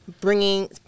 bringing